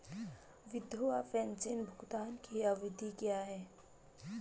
विधवा पेंशन भुगतान की अवधि क्या है?